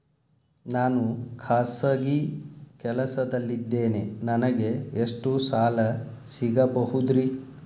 ನಾನು ಖಾಸಗಿ ಕೆಲಸದಲ್ಲಿದ್ದೇನೆ ನನಗೆ ಎಷ್ಟು ಸಾಲ ಸಿಗಬಹುದ್ರಿ?